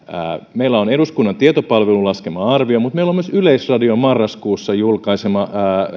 meillä on eduskunnan tietopalvelun laskema arvio mutta meillä on myös yleisradion marraskuussa julkaisema